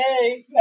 hey